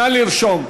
נא לרשום.